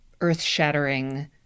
earth-shattering